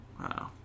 Wow